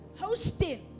hosting